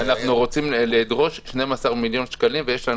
אנחנו רוצים לדרוש 12 מיליון שקלים, ויש לנו